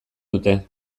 dute